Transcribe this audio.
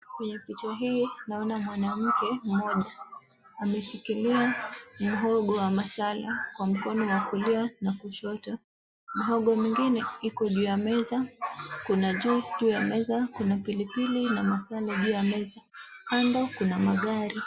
Kwenye picha hii naona mwanamke mmoja, ameshikilia muhogo wa masala kwa mkono wa kulia na kushoto. Muhogo mwingine iko juu ya meza, kuna juice juu ya meza, kuna pilipili na masala juu ya meza. Kando kuna magari.